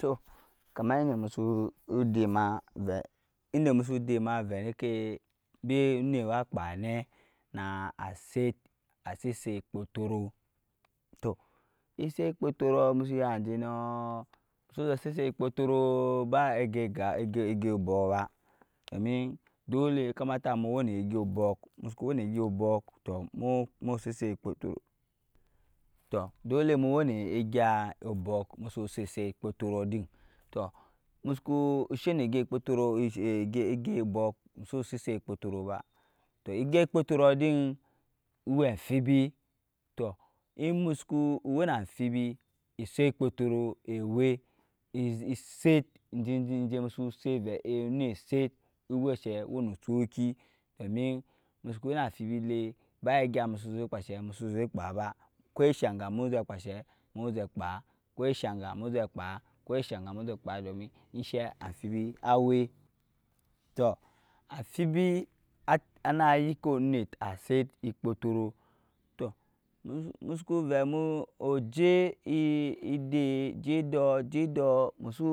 Tɔɔ kama indɛ mu su dɛma vɛvɛ dɛkɛ onɛt akpanɛ na asɛt asɛsɛt kpɔtɔrɔɔ tɔɔ ɛsɛt kpɔtɔrɔɔ musu yatɛ nɔɔ musu zɛ sɛsɛt kpɔtɔrɔɔ ba ɛgya ɛgwu obɔɔ ba domin dolɛuvamata mu wɛnɔɔ egwu obɔɔ tɔɔ mu sɛsɛt kpɔtɔrɔɔ tɔɔ dolɛ mu wɛ nɔɔ eguw obɔɔ tɔɔ dolɛ mu wɛ nɔɔ egwu obɔɔ tɔɔ egya kpɔɔtɔrɔɔ din ewɛ amfibi emusu wɛ na amfibi esɛt kpɔtɔrɔɔ ewɛ esɛt jɛ. e onɛt sɛt vɛ ewɔø nu tsɔki domin musuku wɛ na amfibielɛ ba eygya mu kpushɛ musuzɛ kpa ba kɔshangya muzɛ kpashɛ muzɛ kpa domin inshɛ amfibi awe tɔɔ amfibi ana yikɛ onsɛt asɛt kɔtɔrɔɔ tɔɔ musuku vɛ mujɛ wdɛ jɛdɔɔ musu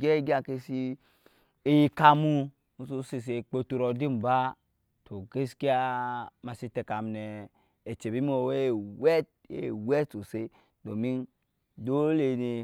gyɛgyan kɛ siyɛkamu musu sisɛt kpɔtɔrɔɔ din ba tɔɔ gaskiya masi tɛkamunɛ echɛ bimu ewɛt sɔrɔɔ dɔmin dɔlɛ nɛ,